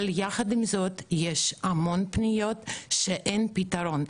יחד עם זאת, יש המון פניות שאין להן פתרון.